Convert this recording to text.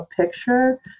picture